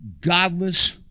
godless